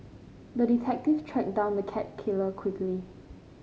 the detective tracked down the cat killer quickly